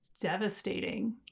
devastating